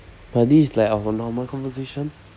but this is like our normal conversation